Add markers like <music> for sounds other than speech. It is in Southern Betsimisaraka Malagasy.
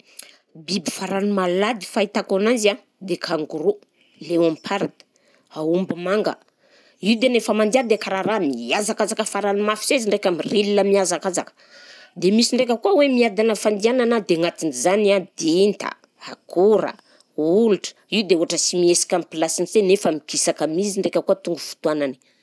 <noise> Biby farany malady fahitako anazy a, de kangorou, leomparda, aomby manga, io de nefa mandià dia karaha raha mihazakazaka farany mafy se izy ndraika mirila mihazakazaka; de misy ndraika koa hoe miadana fandianana dia agnatin'izany a: dinta, akora, olitra, io de ohatra sy mihesika amin'ny plasiny se nefa mikisaka mi izy ndraika koa toro fotoànany.